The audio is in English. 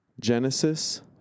Genesis